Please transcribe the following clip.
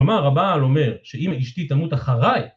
אומר הבעל אומר שאם אשתי תמות אחריי